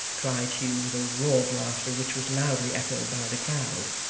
cried hugh, with a roar of laughter which was loudly echoed by the crowd.